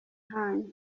hanyu